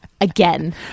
again